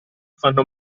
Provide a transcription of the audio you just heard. fanno